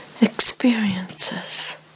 experiences